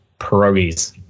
pierogies